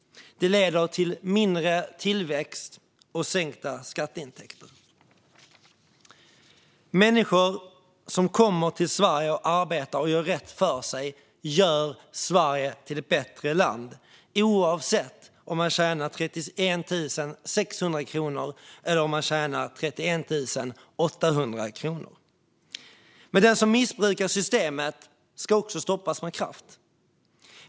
Det leder till mindre tillväxt och sänkta skatteintäkter. Människor som kommer till Sverige och arbetar och gör rätt för sig gör Sverige till ett bättre land oavsett om de tjänar 31 600 kronor eller 31 800 kronor. Men den som missbrukar systemet ska stoppas med kraft.